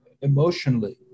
emotionally